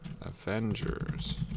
Avengers